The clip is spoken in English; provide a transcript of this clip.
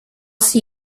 see